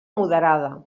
moderada